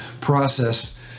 process